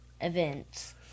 events